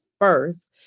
first